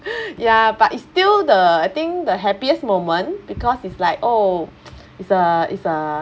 ya but it's still the I think the happiest moment because it's like oh it's a it's a